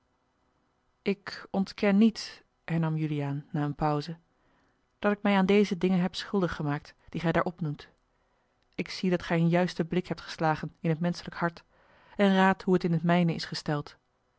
ik ontken niet hernam juliaan na eene pauze dat ik mij aan deze dingen heb schuldig gemaakt die gij daar opnoemt ik zie dat gij een juisten blik hebt geslagen in het menschelijk hart en raadt hoe het in het mijne is gesteld